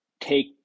take